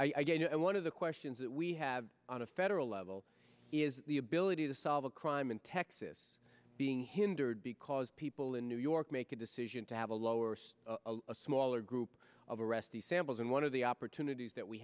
guess one of the questions that we have on a federal level is the ability to solve a crime in texas being hindered because people in new york make a decision to have a lower a smaller group of arrestees samples and one of the opportunities that we